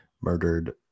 murdered